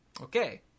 Okay